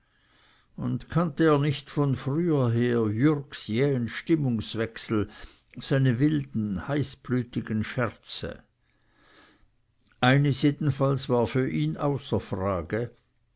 und kannte er nicht von früher her jürgs jähen stimmungswechsel seine wilden heißblütigen scherze eines jedenfalls war für ihn außer frage